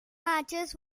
matches